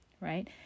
right